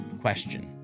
question